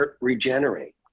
regenerate